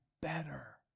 better